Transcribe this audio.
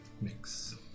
mix